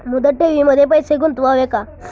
मुदत ठेवींमध्ये पैसे गुंतवावे का?